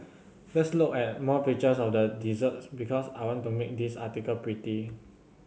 let's look at more pictures of the desserts because I want to make this article pretty